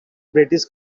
british